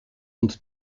und